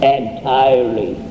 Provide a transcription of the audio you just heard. entirely